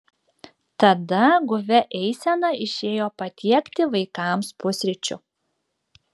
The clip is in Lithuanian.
tada guvia eisena išėjo patiekti vaikams pusryčių